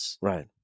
right